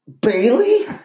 Bailey